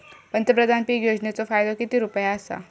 पंतप्रधान पीक योजनेचो फायदो किती रुपये आसा?